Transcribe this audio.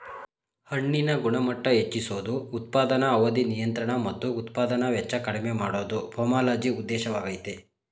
ಹಣ್ಣಿನ ಗುಣಮಟ್ಟ ಹೆಚ್ಚಿಸೋದು ಉತ್ಪಾದನಾ ಅವಧಿ ನಿಯಂತ್ರಣ ಮತ್ತು ಉತ್ಪಾದನಾ ವೆಚ್ಚ ಕಡಿಮೆ ಮಾಡೋದು ಪೊಮೊಲಜಿ ಉದ್ದೇಶವಾಗಯ್ತೆ